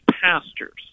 pastors